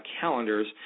calendars